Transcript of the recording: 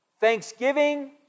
Thanksgiving